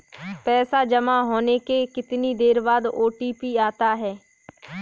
पैसा जमा होने के कितनी देर बाद ओ.टी.पी आता है?